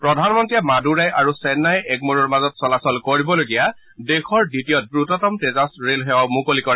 প্ৰধানমন্ত্ৰীয়ে মাদুৰাই আৰু চেন্নাই এগমৰেৰ মাজত চলাচল কৰিবলগীয়া দেশৰ দ্বিতীয় দ্ৰুততম তেজাছ ৰেলসেৱাও মুকলি কৰে